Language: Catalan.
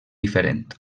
diferent